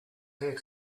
here